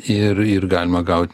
ir ir galima gaut